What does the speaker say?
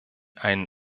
einen